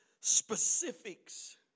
specifics